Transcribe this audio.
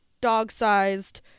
dog-sized